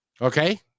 okay